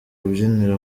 rubyiniro